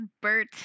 Bert